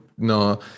No